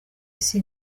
ese